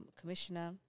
commissioner